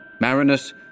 Marinus